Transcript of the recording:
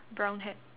brown hat